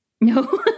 no